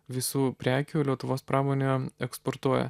visų prekių lietuvos pramonė eksportuoja